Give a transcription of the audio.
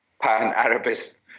Pan-Arabist